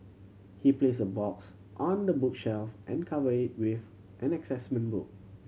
he placed the box on the bookshelf and covered it with an assessment book